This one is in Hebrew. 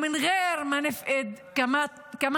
אני מאחלת למורות